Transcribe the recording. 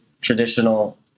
traditional